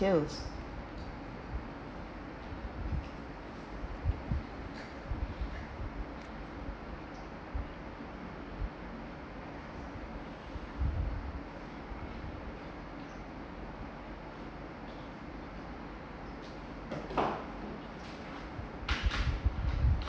details